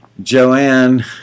joanne